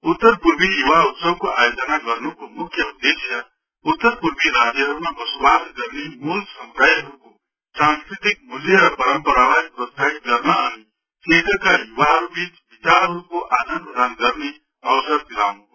उत्तर पूर्वी युवा उत्सवको आयोजन गर्नुको मुख्य उद्देश्य उत्तर पूर्वी राज्यहरूमा बसोबास गर्ने मुल समुदायहरूको सास्कृति मूल्य र परम्परालाई प्रोत्साहित गर्नु अनि क्षेत्रका युवाहरू बीच विचारहरूको आदान प्रदान गर्ने अवसर दिलाँउनु हो